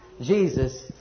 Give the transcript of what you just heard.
Jesus